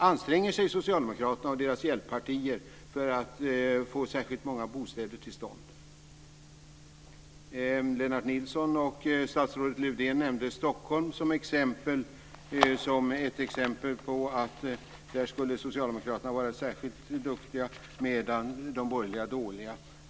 Anstränger sig socialdemokraterna och deras hjälppartier för att få till stånd särskilt många bostäder? Stockholm som ett exempel på att socialdemokraterna där skulle vara särskilt duktiga och de borgerliga dåliga.